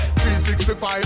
365